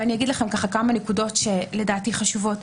ואגיד כמה נקודות שלדעתי חשובות.